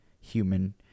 human